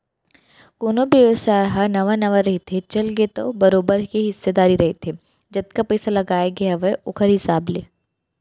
कोनो भी बेवसाय ह नवा नवा रहिथे, चलगे तब तो बरोबर के हिस्सादारी रहिथे जतका पइसा लगाय गे हावय ओखर हिसाब ले